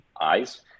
eyes